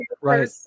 right